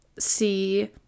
see